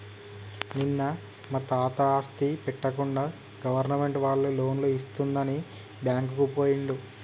నిన్న మా తాత ఆస్తి పెట్టకుండా గవర్నమెంట్ వాళ్ళు లోన్లు ఇస్తుందని బ్యాంకుకు పోయిండు